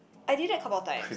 I did that couple of times